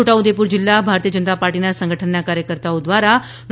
છોટા ઉદેપુર જિલ્લા ભારતીય જનતા પાર્ટીના સંગઠનના કાર્યકર્તાઓ દ્વારા ડો